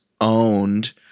owned